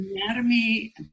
anatomy